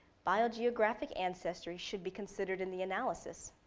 biogeographic ancestry should be considered in the analysis.